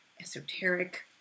esoteric